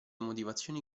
motivazioni